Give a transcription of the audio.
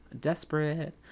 desperate